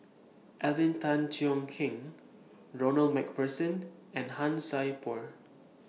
Alvin Tan Cheong Kheng Ronald MacPherson and Han Sai Por